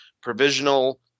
provisional